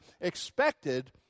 expected